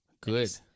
Good